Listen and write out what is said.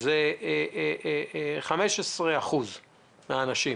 וזה 15% מהאנשים.